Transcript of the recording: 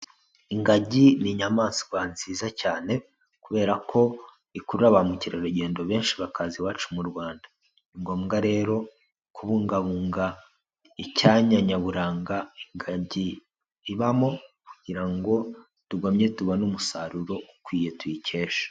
Ingagi ni inyamaswa nziza cyane kubera ko ikurura ba mukerarugendo benshi bakaza iwacu mu Rwanda, ni ngombwa rero kubungabunga icyanya nyaburanga ingagi ibamo kugira ngo tugumye tubone umusaruro ukwiye tuyikesha.